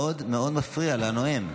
זה מאוד מפריע לנואם.